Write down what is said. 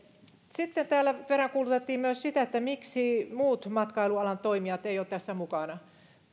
sitten täällä peräänkuulutettiin myös sitä miksi muut matkailualan toimijat eivät ole tässä mukana